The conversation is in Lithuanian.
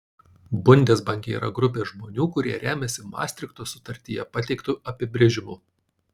bundesbanke yra grupė žmonių kurie remiasi mastrichto sutartyje pateiktu apibrėžimu